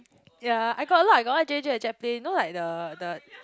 ya I got a lot I got all J J the Jet Plane you know like the the